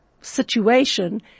situation